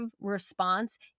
response